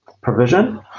provision